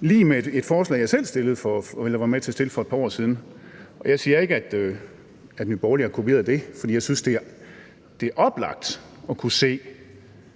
lig med et forslag, jeg selv var med til at fremsætte for et par år siden. Jeg siger ikke, at Nye Borgerlige har kopieret det, for jeg synes, det er oplagt at kunne se,